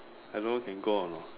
I don't know can go or not